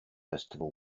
festival